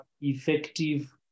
effective